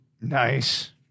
Nice